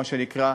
מה שנקרא,